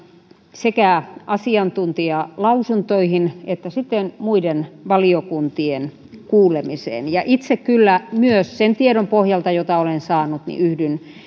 sekä asiantuntijalausuntoihin että sitten muiden valiokuntien kuulemiseen ja kyllä myös itse sen tiedon pohjalta jota olen saanut yhdyn